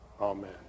Amen